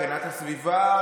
הגנת הסביבה,